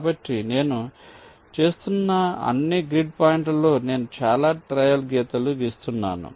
కాబట్టి నేను చేస్తున్న అన్ని గ్రిడ్ పాయింట్లలో నేను చాలా ట్రయల్ గీతలు గీస్తున్నాను